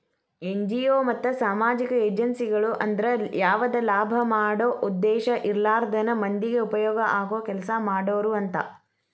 NGO ಮತ್ತ ಸಾಮಾಜಿಕ ಏಜೆನ್ಸಿಗಳು ಅಂದ್ರ ಯಾವದ ಲಾಭ ಮಾಡೋ ಉದ್ದೇಶ ಇರ್ಲಾರ್ದನ ಮಂದಿಗೆ ಉಪಯೋಗ ಆಗೋ ಕೆಲಸಾ ಮಾಡೋರು ಅಂತ